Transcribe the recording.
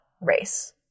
race